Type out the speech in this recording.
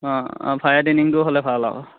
অঁ অঁ ফায়াৰ ট্ৰেইনিংটো হ'লে ভাল আৰু